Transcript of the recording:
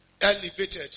elevated